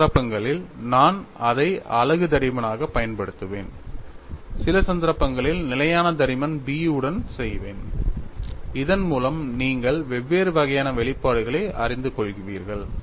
சில சந்தர்ப்பங்களில் நான் அதை அலகு தடிமனாகப் பயன்படுத்துவேன் சில சந்தர்ப்பங்களில் நிலையான தடிமன் B உடன் செய்வேன் இதன் மூலம் நீங்கள் வெவ்வேறு வகையான வெளிப்பாடுகளை அறிந்து கொள்வீர்கள்